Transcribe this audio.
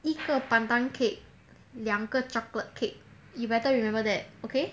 一个 pandan cake 两个 chocolate cake you better remember that okay